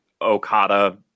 Okada